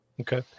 Okay